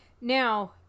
now